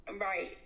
Right